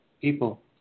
people